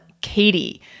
Katie